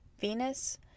Venus